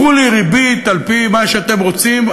קחו לי ריבית על-פי מה שאתם רוצים,